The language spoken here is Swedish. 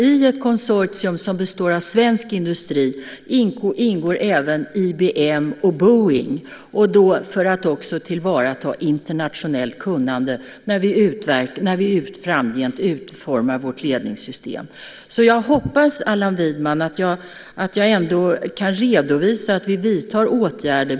I ett konsortium som består av svensk industri ingår även IBM och Boeing, för att man också ska tillvarata internationellt kunnande när vi framgent utformar vårt ledningssystem. Jag hoppas, Allan Widman, att jag ändå kan redovisa att vi vidtar åtgärder.